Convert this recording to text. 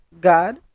God